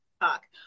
talk